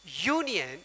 union